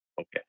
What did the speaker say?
okay